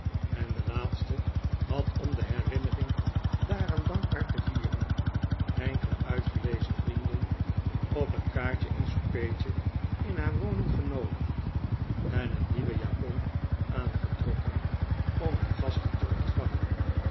en de laatste had om de herinnering daaraan dankbaar te vieren enkele uitgelezen vrienden op een kaartje en soupertje in haar woning genoodigd en een nieuwe japon aangetrokken om haar gast'en te ontvangen